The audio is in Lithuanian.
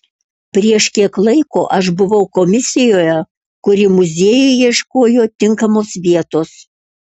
prieš kiek laiko aš buvau komisijoje kuri muziejui ieškojo tinkamos vietos